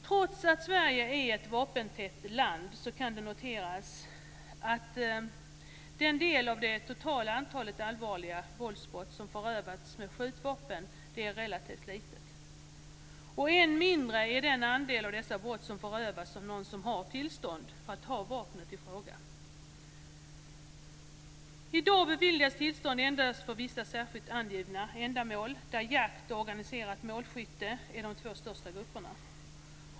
Trots att Sverige är ett vapentätt land kan det noteras att den del av det totala antalet allvarliga våldsbrott som förövats med skjutvapen är relativt litet. Än mindre är den andel av dessa brott som förövats av någon som har tillstånd att ha vapnet i fråga. I dag beviljas tillstånd endast för vissa särskilt angivna ändamål där jakt och organiserat målskytte är de två största grupperna.